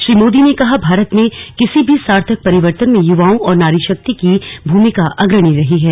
श्री मोदी ने कहा भारत में किसी भी सार्थक परिवर्तन में युवाओं और नारी शक्ति की भूमिका अग्रणी रही है